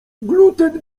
gluten